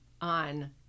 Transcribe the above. on